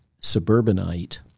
suburbanite